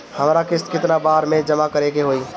हमरा किस्त केतना बार में जमा करे के होई?